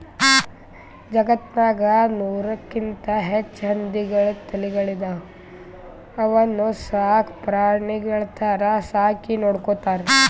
ಜಗತ್ತ್ನಾಗ್ ನೂರಕ್ಕಿಂತ್ ಹೆಚ್ಚ್ ಹಂದಿ ತಳಿಗಳ್ ಅದಾವ ಅವನ್ನ ಸಾಕ್ ಪ್ರಾಣಿಗಳ್ ಥರಾ ಸಾಕಿ ನೋಡ್ಕೊತಾರ್